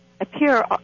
appear